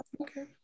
Okay